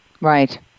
Right